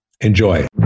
Enjoy